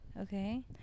Okay